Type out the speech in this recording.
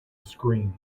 screen